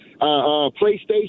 PlayStation